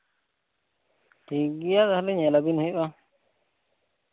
ᱴᱷᱤᱠ ᱜᱮᱭᱟ ᱛᱟᱦᱞᱮ ᱧᱮᱞ ᱟᱵᱤᱱ ᱦᱩᱭᱩᱜᱼᱟ